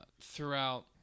throughout